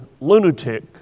lunatic